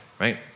right